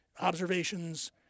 observations